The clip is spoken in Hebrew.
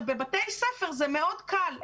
בבתי ספר זה מאוד קל.